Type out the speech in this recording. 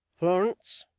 florence,